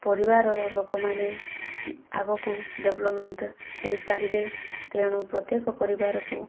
ପରିବାରର ଲୋକମାନେ ଆଗକୁ ଡେଭେଲପ୍ମେଣ୍ଟ ହୋଇପାରିବେ ତେଣୁ ପ୍ରତ୍ୟେକ ପରିବାରକୁ